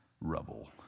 rubble